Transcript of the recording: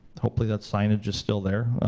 hopefully that signage is still there.